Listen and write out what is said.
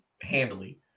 handily